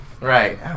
Right